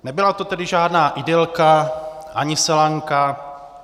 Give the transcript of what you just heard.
Nebyla to tedy žádná idylka, ani selanka.